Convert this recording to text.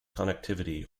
connectivity